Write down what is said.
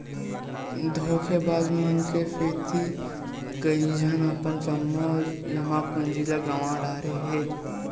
धोखेबाज मन के सेती कइझन अपन जम्मो जमा पूंजी ल गंवा डारे हे